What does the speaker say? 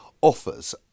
offers